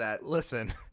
listen